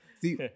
see